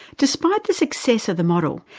despite the success of the model,